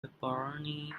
pepperoni